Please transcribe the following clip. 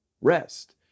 Rest